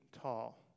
tall